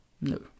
No